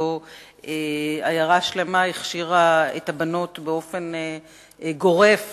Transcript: שבו עיירה שלמה הכשירה את הבנות באופן גורף,